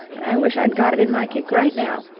and i wish i'd got it in my kick right now.